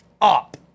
up